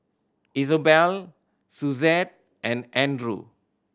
Isobel Suzette and Andrew